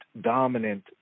dominant